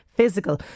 physical